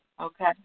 Okay